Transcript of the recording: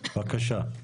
בבקשה.